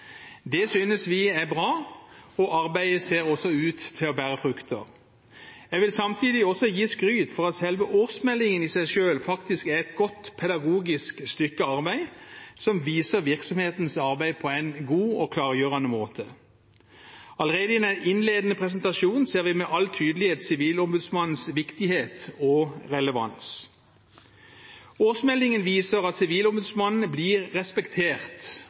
Det synes vi er bra, og arbeidet ser også ut til å bære frukter. Jeg vil samtidig gi skryt for at årsmeldingen i seg selv er et godt pedagogisk stykke arbeid som viser virksomhetens arbeid på en god og klargjørende måte. Allerede i den innledende presentasjonen ser vi med all tydelighet Sivilombudsmannens viktighet og relevans. Årsmeldingen viser at Sivilombudsmannen blir respektert,